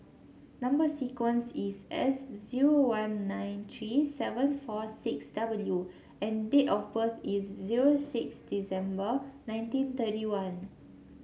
number sequence is S zero one nine three seven four six W and date of birth is zero six December nineteen thirty one